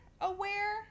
aware